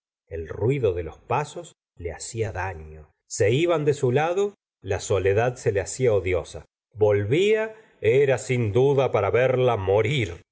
el ruido de los pasos le hacia dalo se iban de su lado la soledad se le hacia odiosa volvían era sin duda para verla morir